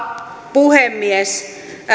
puhemies